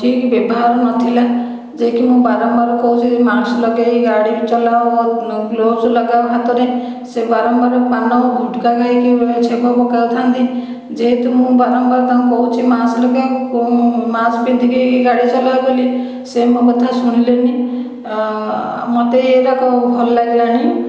ଠିକ ବ୍ୟବହାର ନଥିଲା ଯେ କି ମୁଁ ବାରମ୍ବାର କହୁଚି ମାସ୍କ ଲଗାଇକି ଗାଡ଼ି ଚଲାଅ ଆଉ ଗ୍ଳୋଭ୍ସ ଲଗାଅ ହାତରେ ସେ ବାରମ୍ବାର ପାନ ଗୁଟ୍କା ଖାଇକି ଛେପ ପକାଉଥାନ୍ତି ଯେ ହେତୁ ମୁଁ ବାରମ୍ବାର ତାଙ୍କୁ କହୁଛି ମାସ୍କ ଲଗେଇବାକୁ ମାସ୍କ ପିନ୍ଧିକି ଗାଡ଼ି ଚଲାଅ ବୋଲି ସେ ମୋ କଥା ଶୁଣିଲେନି ମତେ ଏଇରାକ ଭଲ ଲାଗିଲାନି